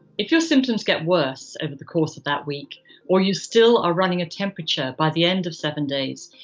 if your symptoms get worse over the course of that week or you still are running a temperature by the end of seven days,